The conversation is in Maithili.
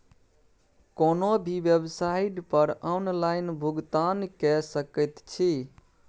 कोनो भी बेवसाइट पर ऑनलाइन भुगतान कए सकैत छी